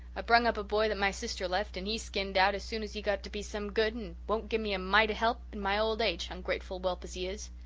ah brung up a boy that my sister left and he skinned out as soon as he got to be some good and won't give me a mite o' help in my old age, ungrateful whelp as he is.